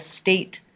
state